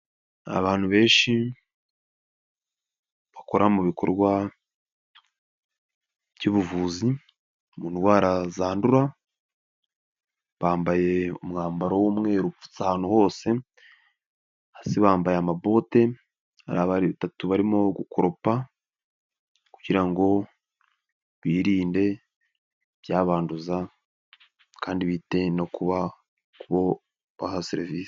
Abantu benshi bakora mu bikorwa by'ubuvuzi, mu ndwara zandura, bambaye umwambaro w'umweru upfutse ahantu hose, hasi bambaye amabote, hari abandi batatu barimo gukoropa, kugira ngo birinde ibyabanduza, kandi bite no kuhabona serivisi.